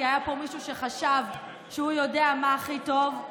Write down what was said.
כי היה פה מישהו שחשב שהוא יודע מה הכי טוב,